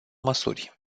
măsuri